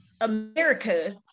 America